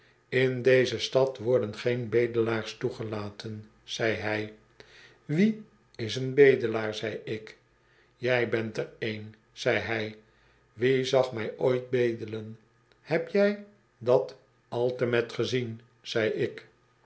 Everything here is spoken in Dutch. in deze stad worden geen bedelaars toegelaten zei hij wie is een bedelaar zei ik jij bent er een zei hij wie zag my ooit bedelen heb jij dat altemet gezien zei ik